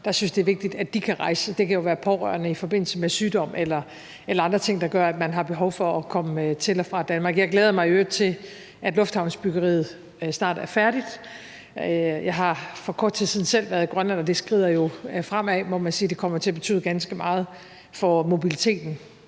der synes, det er vigtigt, at de kan rejse. Det kan være pårørende til mennesker, der er syge, eller der kan være andre ting, der gør, at man har behov for at komme til og fra Danmark. Jeg glæder mig i øvrigt til, at lufthavnsbyggeriet snart er færdigt. Jeg har for kort siden selv været i Grønland, og man må sige, at det jo skrider frem, og det kommer til at betyde ganske meget for mobiliteten,